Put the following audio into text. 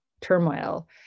turmoil